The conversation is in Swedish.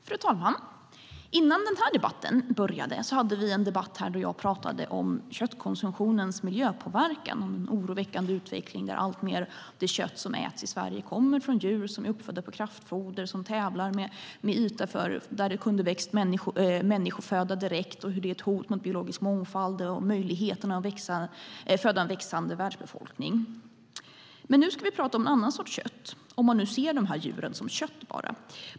Fru talman! Innan den här debatten började hade vi en debatt där jag pratade om köttkonsumtionens miljöpåverkan och oroväckande utveckling när alltmer av det kött som äts i Sverige kommer från djur som är uppfödda på kraftfoder som tävlar om yta där det kunde växa människoföda direkt och hur det är ett hot mot biologisk mångfald och möjligheten att föda en växande världsbefolkning. Nu ska vi prata om en annan sorts kött, om man nu ser de här djuren som enbart kött.